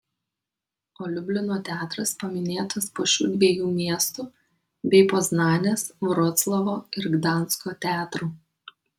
o liublino teatras paminėtas po šių dviejų miestų bei poznanės vroclavo ir gdansko teatrų